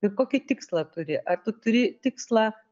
ir kokį tikslą turi ar tu turi tikslą